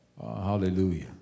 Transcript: Hallelujah